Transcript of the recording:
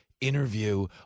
interview